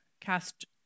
cast